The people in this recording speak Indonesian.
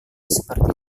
seperti